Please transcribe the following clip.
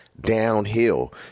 downhill